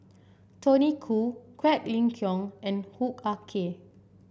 Tony Khoo Quek Ling Kiong and Hoo Ah Kay